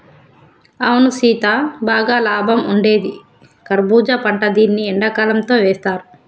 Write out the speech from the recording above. అవును సీత బాగా లాభం ఉండేది కర్బూజా పంట దీన్ని ఎండకాలంతో వేస్తారు